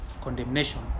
condemnation